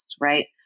Right